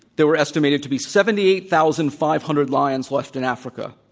there were estimated to be seventy eight thousand five hundred lions left in africa.